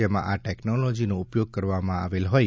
જેમાં આ ટેકનોલોજીનો ઉપયોગ કરવામાં આવેલ હોઇ